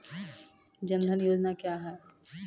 जन धन योजना क्या है?